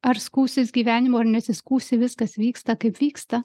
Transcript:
ar skųsies gyvenimu ar nesiskųsi viskas vyksta kaip vyksta